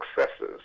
successes